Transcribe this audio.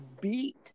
beat